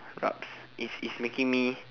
rabz it's it's making me